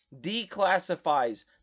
declassifies